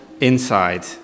inside